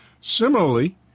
Similarly